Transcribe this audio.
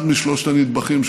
אחד משלושת הנדבכים,